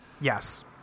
Yes